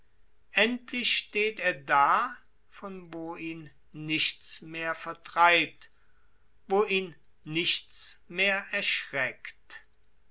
endlich steht er da von wo ihn nichts vertreibt wo ihn nichts erschreckt